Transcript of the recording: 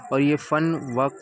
اور یہ فن وقت